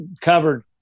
covered